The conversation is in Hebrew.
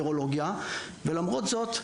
הנוירולוגיה, ולמרות זאת,